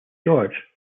george